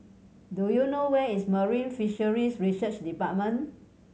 do you know where is Marine Fisheries Research Department